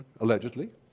allegedly